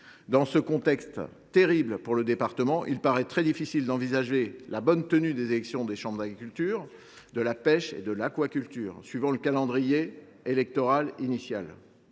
Dans ce contexte terrible pour le département, il paraît très difficile d’envisager la bonne tenue des élections de la chambre d’agriculture, de la pêche et de l’aquaculture suivant le calendrier électoral initial.